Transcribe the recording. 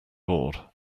bored